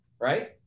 Right